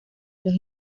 los